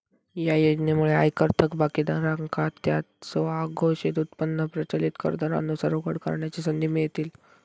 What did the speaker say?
या योजनेमुळे आयकर थकबाकीदारांका त्यांचो अघोषित उत्पन्न प्रचलित कर दरांनुसार उघड करण्याची संधी मिळतली